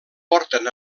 porten